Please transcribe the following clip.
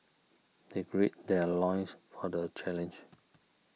they greed their loins for the challenge